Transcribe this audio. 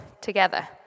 together